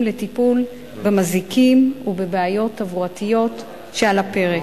לטיפול במזיקים ובבעיות תברואתיות שעל הפרק.